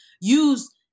use